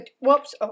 Whoops